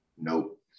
Nope